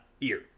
Ear